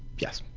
yes.